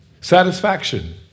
Satisfaction